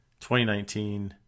2019